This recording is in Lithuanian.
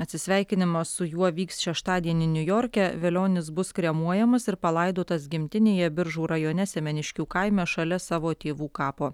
atsisveikinimas su juo vyks šeštadienį niujorke velionis bus kremuojamas ir palaidotas gimtinėje biržų rajone semeniškių kaime šalia savo tėvų kapo